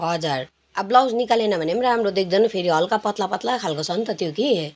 हजुर अब ब्लाउज निकालेन भने पनि राम्रो देख्दैन फेरि हल्का पत्ला पत्ला खालको छ नि त त्यो कि